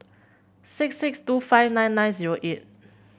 six six two five nine nine zero eight